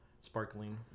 sparkling